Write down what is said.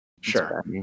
Sure